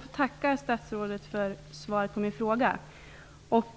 Fru talman! Jag tackar statsrådet för svaret på min fråga.